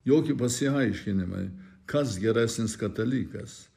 jokie pasiaiškinimai kas geresnis katalikas